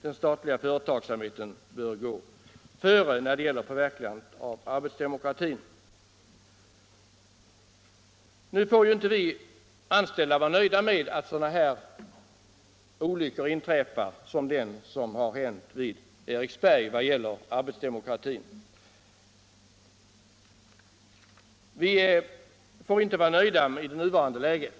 Den statliga företagsamheten bör gå före när det gäller förverkligandet av arbetsdemokratin. Vi arbetstagare är givetvis inte nöjda med att det när det gäller arbetsdemokratin händer sådana olyckor som vid Eriksberg. Vi får inte vara nöjda med nuvarande läge.